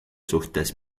suhtes